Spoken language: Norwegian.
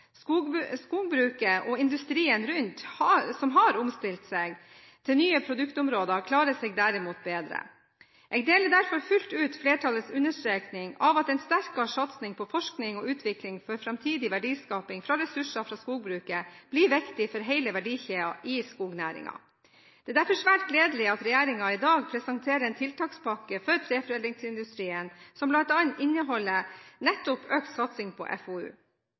kostnadsnivå. Skogbruket og industrien rundt som har omstilt seg til nye produktområder, klarer seg derimot bedre. Jeg deler derfor fullt ut flertallets understreking av at en sterkere satsing på forskning og utvikling for framtidig verdiskaping fra ressurser fra skogbruket blir viktig for hele verdikjeden i skognæringen. Det er derfor svært gledelig at regjeringen i dag presenterer en tiltakspakke for treforedlingsindustrien som bl.a. inneholder nettopp økt satsing på FoU.